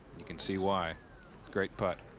you can see why great putt.